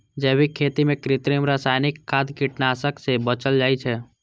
जैविक खेती मे कृत्रिम, रासायनिक खाद, कीटनाशक सं बचल जाइ छै